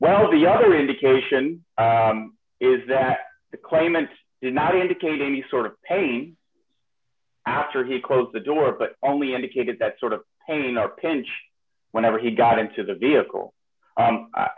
well the other indication is that the claimant did not indicate any sort of pain after he closed the door but only indicated that sort of pain or pinch whenever he got into the vehicle